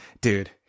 Dude